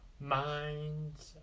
minds